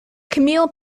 camille